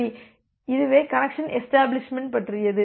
சரி இதுவே connection establishment பற்றியது